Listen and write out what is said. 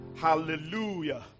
Hallelujah